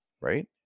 Right